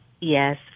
Yes